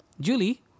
Julie